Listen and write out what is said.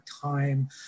time